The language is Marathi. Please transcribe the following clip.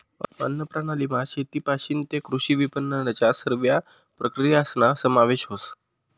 अन्नप्रणालीमा शेतपाशीन तै कृषी विपनननन्या सरव्या प्रक्रियासना समावेश व्हस